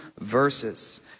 verses